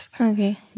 Okay